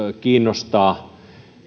kiinnostaa